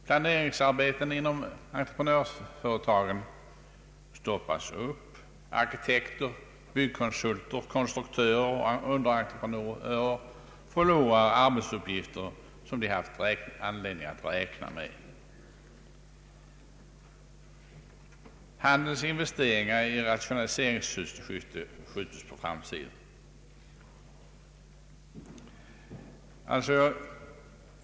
Planeringsarbetena inom entreprenörsföretagen stoppas, arkitekter, byggkonsulter, konstruktörer och underentreprenörer förlorar arbetsuppgifter som de haft anledning att räkna med. Handelns investeringar i rationaliseringssyfte skjuts på framtiden.